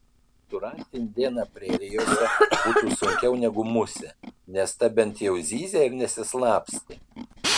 surasti indėną prerijose būtų sunkiau negu musę nes ta bent jau zyzė ir nesislapstė